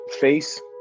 face